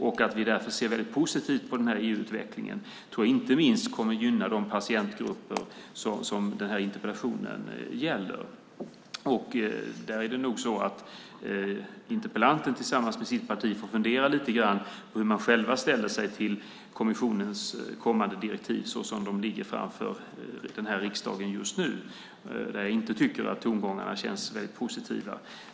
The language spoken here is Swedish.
Vi ser därför väldigt positivt på den här EU-utvecklingen, och jag tror att det kommer att gynna inte minst de patientgrupper som interpellationen gäller. Interpellanten tillsammans med sitt parti får nog fundera lite över hur de ställer sig till kommissionens kommande direktiv så som de ligger framför riksdagen just nu. Jag tycker inte att tongångarna känns så positiva.